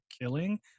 killing